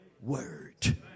word